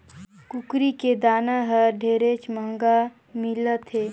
कुकरी के दाना हर ढेरेच महंगा मिलत हे